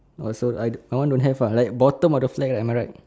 also I my one don't have uh like bottom of the flag uh am I right